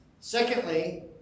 Secondly